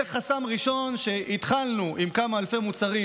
זה חסם ראשון שהתחלנו, עם כמה אלפי מוצרים,